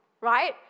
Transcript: right